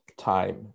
time